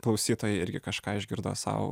klausytojai irgi kažką išgirdo sau